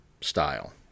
style